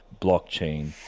blockchain